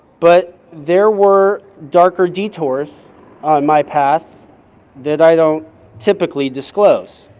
but there were darker detours on my path that i don't typically disclose.